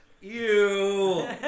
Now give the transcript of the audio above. Ew